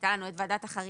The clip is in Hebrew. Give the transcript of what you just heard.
הייתה לנו את ועדת החריגים